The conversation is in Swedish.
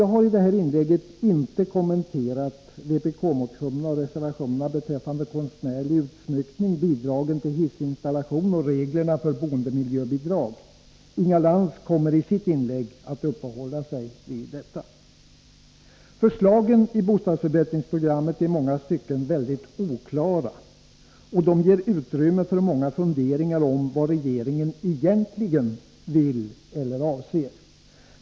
Jag har i detta inlägg inte kommenterat vpk-motionerna och reservationerna beträffande konstnärlig utsmyckning, bidragen till hissinstallation och reglerna för boendemiljöbidrag. Inga Lantz kommer i sitt inlägg att uppehålla sig vid detta. Förslagen i bostadsförbättringsprogrammet är i många stycken mycket oklara, och de ger utrymme för många funderingar om vad regeringen egentligen vill eller avser.